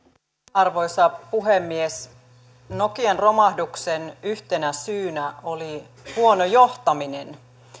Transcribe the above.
arvoisa puhemies nokian romahduksen yhtenä syynä oli huono johtaminen